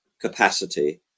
capacity